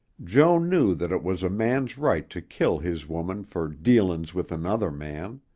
joan knew that it was a man's right to kill his woman for dealin's with another man.